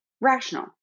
rational